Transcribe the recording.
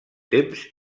temps